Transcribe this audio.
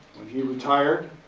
he retired.